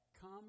Come